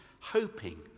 hoping